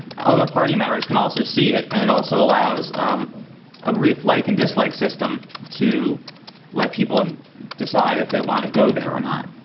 other party members can also see it and it also allows a brief like and dislike system to let people decide if they want to go there or not.